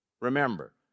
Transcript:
Remember